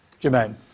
Jermaine